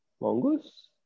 mongoose